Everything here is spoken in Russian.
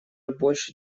больше